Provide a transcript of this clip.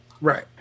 Right